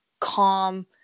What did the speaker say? calm